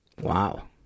Wow